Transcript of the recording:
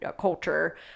culture